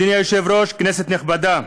אדוני היושב-ראש, כנסת נכבדה,